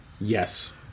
Yes